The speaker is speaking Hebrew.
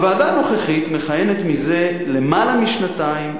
הוועדה הנוכחית מכהנת זה למעלה משנתיים,